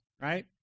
right